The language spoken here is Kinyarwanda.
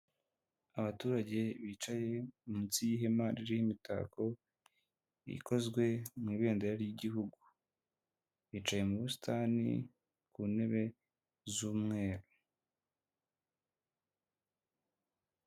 Abaturage bicaye munsi y'ihema ririho imitako ikozwe mu ibendera ry' igihugu, bicaye mu busitani ku ntebe z'umweru.